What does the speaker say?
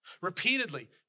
Repeatedly